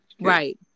Right